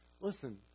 Listen